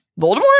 Voldemort